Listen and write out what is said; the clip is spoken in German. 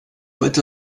wollte